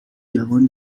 جوان